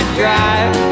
drive